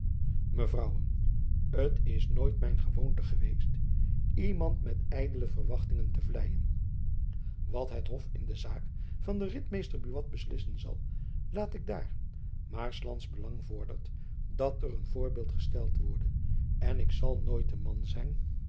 mevrouwen t is nooit mijn gewoonte geweest iemand met ydele verwachtingen te vleien wat het jacob van lennep elizabeth musch hof in de zaak van den ritmeester buat beslissen zal laat ik daar maar slands belang vordert dat er een voorbeeld gesteld worde en ik zal nooit de man zijn